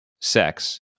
sex